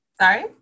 Sorry